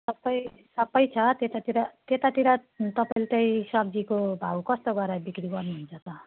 सबै सबै छ त्यतातिर त्यतातिर तपाईँले चाहिँ सब्जीको भाउ कस्तो गरेर बिक्री गर्नुहुन्छ त